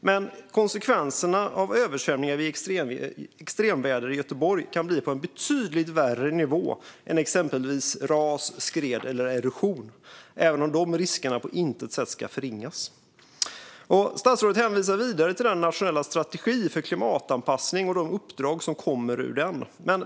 Men konsekvenserna av översvämningar vid extremväder i Göteborg kan bli på en betydligt värre nivå än exempelvis ras, skred eller erosion, även om de riskerna på intet sätt ska förringas. Statsrådet hänvisar vidare till den nationella strategin för klimatanpassning och de uppdrag som kommer ur den.